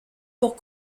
pour